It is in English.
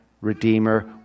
Redeemer